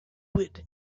wit